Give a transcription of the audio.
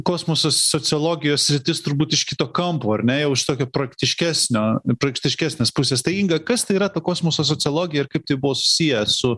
kosmosas sociologijos sritis turbūt iš kito kampo ar ne jau iš tokio praktiškesnio praktiškesnės pusės tai inga kas tai yra ta kosmoso sociologija ir kaip tai buvo susiję su